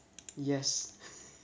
yes